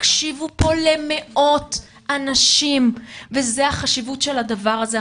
הקשיבו פה למאות אנשים וזו החשיבות של הדבר הזה.